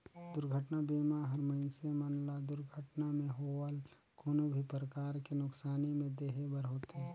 दुरघटना बीमा हर मइनसे मन ल दुरघटना मे होवल कोनो भी परकार के नुकसानी में देहे बर होथे